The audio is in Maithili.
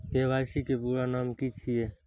के.वाई.सी के पूरा नाम की छिय?